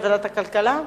לוועדת הכלכלה?